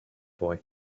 boy